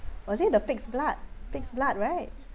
was it the pig's blood pig's blood right